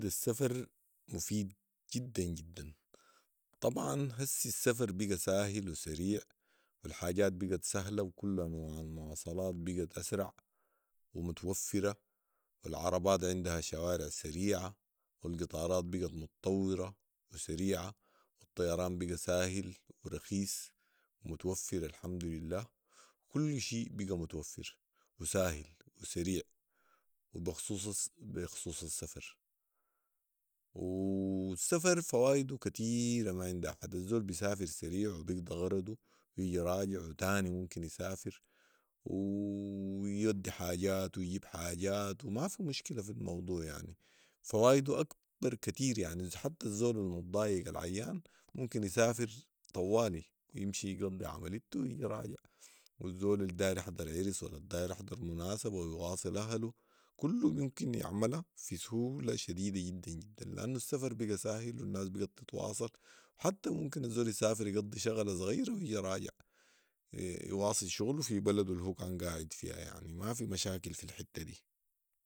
السفر مفيد جدا حدا طبعا هسي السفر بقي ساهل وسريع والحاجات بقت سهله كل انواع المواصلات بقت اسرع ومتوفره العربات عندها شوارع سريعه والقطارات بقت متطوره وسريعه والطيران بقي ساهل و رخيص ومتوفر الحمدلله كل شئ بقي متوفر وساهل وسريع و بخصوص بخصوص السفر والسفر فوايده كتيره ما عندها حد الزول بيسافر سريع وبقضي غرضه ويجي راجع وتاني ممكن يسافر و يودي حاجات ويجيب حاجات وماف مشكله في الموضوع يعني فوايده اكبر كتير يعني حتي الزول المضايق العيان ممكن يسافر طوالي يمشي يقضي عمليته ويجي راجع والزول الداير يحضرعرس ولا الداير يحضر مناسبه ويواصل اهله كله ممكن يعملها في سهوله شديده جدا جدا لانه السفر بقي ساهل والناس بقت تتواصل حتي ممكن الزول يسافر يقضي شغله صغيره ويجي راجع ويواصل شغله في بلده الهو الكان قاعد فيها يعني ماف مشاكل في الحته دي